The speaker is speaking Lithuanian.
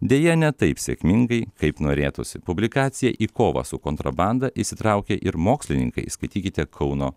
deja ne taip sėkmingai kaip norėtųsi publikaciją į kovą su kontrabanda įsitraukia ir mokslininkai skaitykite kauno